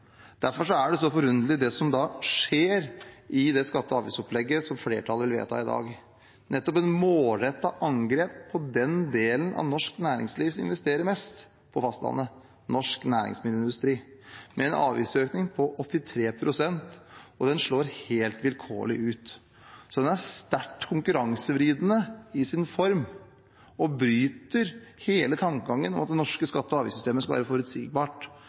Derfor er det så forunderlig, det som skjer i det skatte- og avgiftsopplegget som flertallet vil vedta i dag, som nettopp er et målrettet angrep på den delen av norsk næringsliv som investerer mest på fastlandet, norsk næringsmiddelindustri, med en avgiftsøkning på 83 pst., og den slår helt vilkårlig ut. Den er sterkt konkurransevridende i sin form og bryter med hele tankegangen om at det norske skatte- og avgiftssystemet skal være forutsigbart.